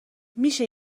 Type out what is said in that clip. میشه